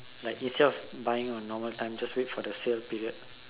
like instead of buying on normal time just wait for the sale period